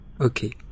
okay